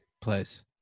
place